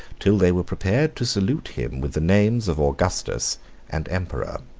till they were prepared to salute him with the names of augustus and emperor.